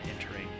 entering